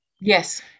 yes